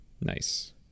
Nice